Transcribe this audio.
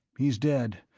he's dead.